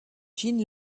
gene